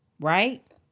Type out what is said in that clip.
Right